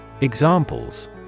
Examples